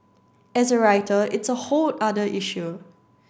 as a writer it's a whole other issue